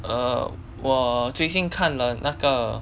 err 我最近看了那个